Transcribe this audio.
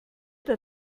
der